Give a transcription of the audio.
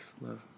love